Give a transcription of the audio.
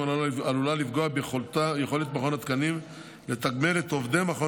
עלולה לפגוע ביכולת מכון התקנים לתגמל את עובדי מכון